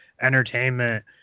entertainment